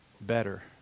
better